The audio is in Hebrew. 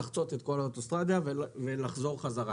לחצות את כל האוטוסטרדה ולחזור חזרה.